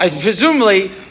Presumably